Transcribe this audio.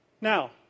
Now